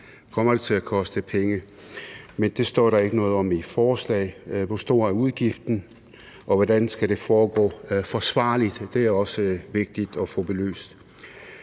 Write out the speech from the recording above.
kommer det til at koste penge. Men der står ikke noget i forslaget om, hvor stor udgiften er, og hvordan det skal foregå forsvarligt. Det er også vigtigt at få belyst.